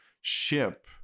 ship